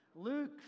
Luke